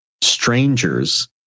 strangers